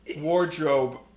wardrobe